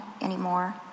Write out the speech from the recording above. anymore